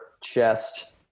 chest